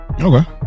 Okay